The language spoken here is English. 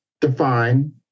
define